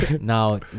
Now